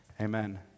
amen